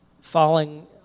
falling